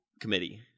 committee